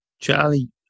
Charlie